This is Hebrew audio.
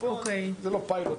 זה לא פיילוט.